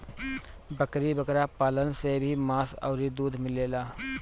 बकरी बकरा पालन से भी मांस अउरी दूध मिलेला